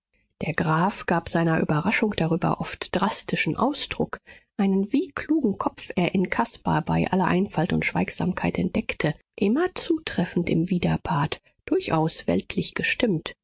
der graf gab seiner überraschung darüber oft drastischen ausdruck einen wie klugen kopf er in caspar bei aller einfalt und schweigsamkeit entdeckte immer zutreffend im widerpart durchaus weltlich gestimmt